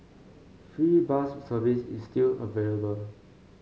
free bus service is still available